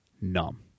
numb